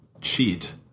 cheat